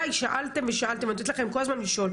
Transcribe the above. די, שאלתן ושאלתן, אני נותנת לכן כל הזמן לשאול.